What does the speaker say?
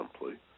simply